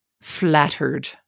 flattered